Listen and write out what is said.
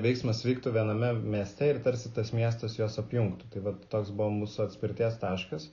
veiksmas vyktų viename mieste ir tarsi tas miestas juos apjungtų tai vat tas buvo mūsų atspirties taškas